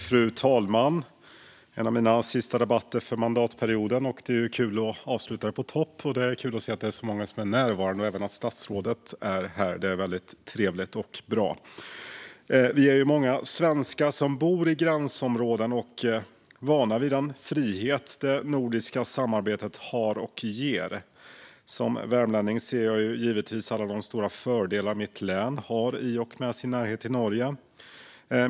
Fru talman! Det här är en av mina sista debatter för mandatperioden, och det är kul att avsluta på topp med många närvarande i kammaren, även statsrådet, vilket är trevligt och bra. Vi är många svenskar som bor i gränsområden, och vi är vana vid den frihet det nordiska samarbetet har och ger. Som värmlänning ser jag givetvis alla de stora fördelar mitt län har i och med sin närhet till Norge.